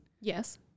Yes